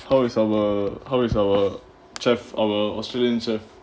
how is our how is our chef our australian chef